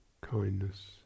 kindness